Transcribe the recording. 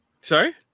Sorry